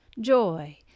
joy